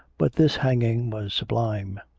but this hanging was sublime.